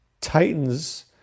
Titans